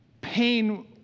pain